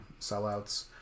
sellouts